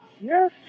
Yes